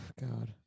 God